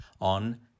on